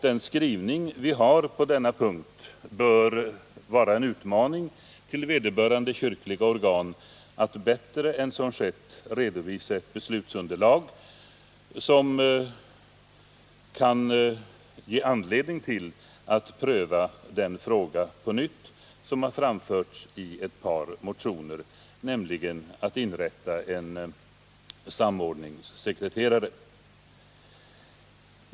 Den skrivning vi har på denna punkt bör vara en utmaning till vederbörande kyrkliga organ att bättre än som skett redovisa ett beslutsunderlag, som kan ge anledning att på nytt pröva det krav som har framförts i ett par motioner, nämligen att man skall inrätta en samordningssekreterare.